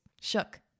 shook